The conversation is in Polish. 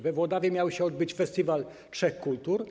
We Włodawie miał się odbyć Festiwal Trzech Kultur.